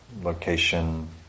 location